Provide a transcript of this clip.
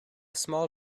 small